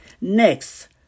Next